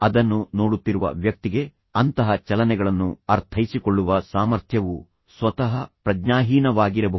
ಅದನ್ನು ನೋಡುತ್ತಿರುವ ವ್ಯಕ್ತಿಗೆ ಅಂತಹ ಚಲನೆಗಳನ್ನು ಅರ್ಥೈಸಿಕೊಳ್ಳುವ ಸಾಮರ್ಥ್ಯವು ಸ್ವತಃ ಪ್ರಜ್ಞಾಹೀನವಾಗಿರಬಹುದು